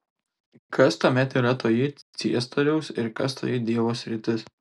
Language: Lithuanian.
kas tuomet yra toji ciesoriaus ir kas toji dievo sritis